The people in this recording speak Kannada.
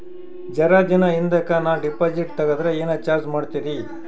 ಜರ ದಿನ ಹಿಂದಕ ನಾ ಡಿಪಾಜಿಟ್ ತಗದ್ರ ಏನ ಚಾರ್ಜ ಮಾಡ್ತೀರಿ?